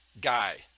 guy